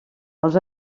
els